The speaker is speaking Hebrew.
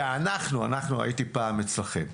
ואנחנו, הייתי פעם אצלכם,